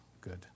good